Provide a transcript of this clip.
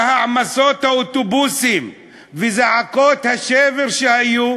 והעמסות האוטובוסים, וזעקות השבר שהיו,